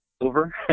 over